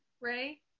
ray